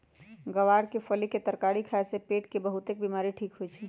ग्वार के फली के तरकारी खाए से पेट के बहुतेक बीमारी ठीक होई छई